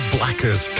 Blackers